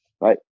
right